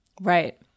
Right